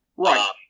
Right